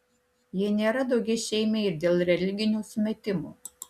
jie nėra daugiašeimiai ir dėl religinių sumetimų